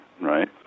right